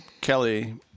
Kelly